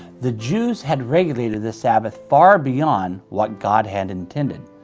the jews had regulated the sabbath far beyond what god had intended,